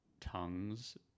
tongues